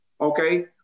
okay